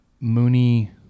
Mooney